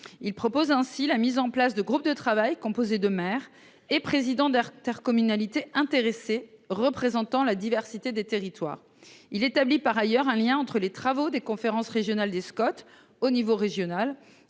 Il propose ainsi la mise en place de groupes de travail composés de maires et présidents d'artère communalité intéressé représentant la diversité des territoires. Il établit par ailleurs un lien entre les travaux des conférences régionales des Scott au niveau régional